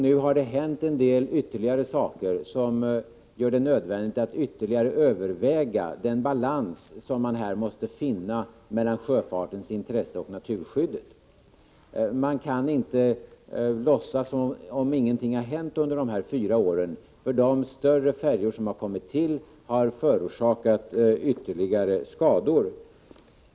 Nu har det hänt en del nya saker, som gör det nödvändigt att ytterligare överväga den balans som man här måste finna mellan sjöfartens intresse och naturskyddet. Man kan inte låtsas som om ingenting har hänt under dessa fyra år — de större färjor som har kommit till har orsakat ytterligare skador.